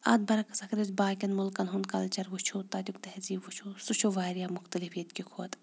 اَتھ برعکس اگر أسۍ باقٕیَن مٕلکَن ہُنٛد کَلچَر وٕچھو تَتیُک تہذیٖب وٕچھو سُہ چھُ واریاہ مختلف ییٚتہِ کہِ کھۄتہٕ